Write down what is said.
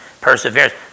perseverance